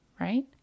right